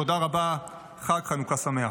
תודה רבה, חג חנוכה שמח.